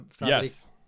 Yes